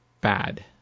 bad